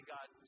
God